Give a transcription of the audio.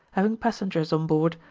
having passengers on board.